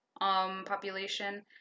population